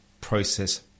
process